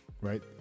right